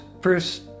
first